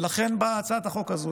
ולכן באה הצעת החוק הזו.